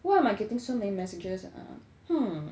why am I getting so many messages ah hmm